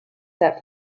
set